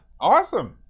Awesome